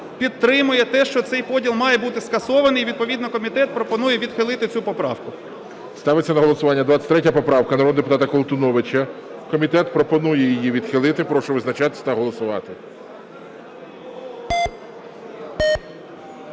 підтримує те, що цей поділ має бути скасований. Відповідно, комітет пропонує відхилити цю поправку. ГОЛОВУЮЧИЙ. Ставиться на голосування 23 поправка народного депутата Колтуновича. Комітет пропонує її відхилити. Прошу визначатися та голосувати.